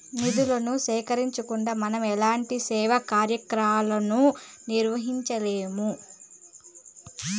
నిధులను సేకరించకుండా మనం ఎలాంటి సేవా కార్యక్రమాలను నిర్వహించలేము